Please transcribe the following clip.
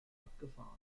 abgefahren